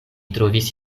trovis